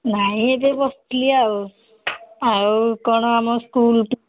ନାହିଁ ଏବେ ବସିଥିଲି ଆଉ ଆଉ କ'ଣ ଆମ ସ୍କୁଲ